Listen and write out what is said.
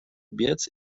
biec